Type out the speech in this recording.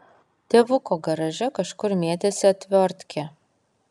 tėvuko garaže kažkur mėtėsi atviortkė